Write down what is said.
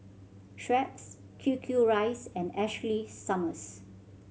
Schweppes Q Q Rice and Ashley Summers